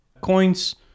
coins